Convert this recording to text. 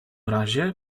razie